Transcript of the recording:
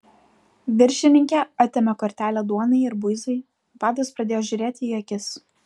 viršininkė atėmė kortelę duonai ir buizai badas pradėjo žiūrėti į akis